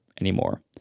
anymore